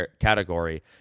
category